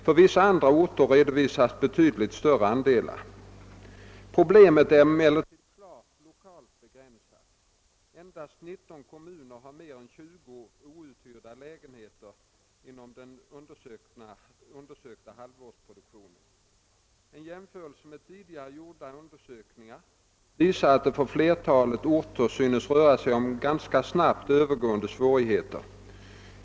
För vissa andra orter redovisas betydligt högre andelar. Problemet är emel lertid klart lokalt begränsat. Endast 19 kommuner hade mer än 20 outhyrda lägenheter inom den undersökta halvårsproduktionen. En jämförelse med tidigare gjorda undersökningar visar att det för flertalet orter synes röra sig om ganska snabbt övergående svårigheter.